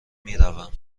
میروم